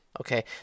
Okay